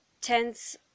tense